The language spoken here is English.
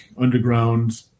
underground